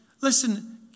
listen